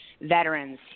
veterans